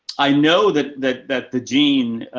i know that, that, that the gene,